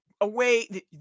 away